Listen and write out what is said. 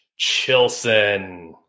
Chilson